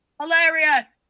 hilarious